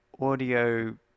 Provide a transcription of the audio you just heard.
audio